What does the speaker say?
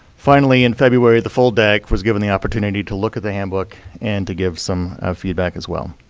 finally, in february, the full dac was given the opportunity to look at the handbook and to give some feedback as well.